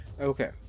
Okay